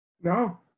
No